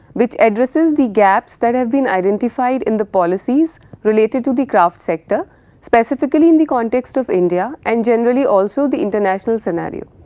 which addresses the gaps that have been identified in the policies related to the craft sector specifically in the context of india and generally also the international scenario.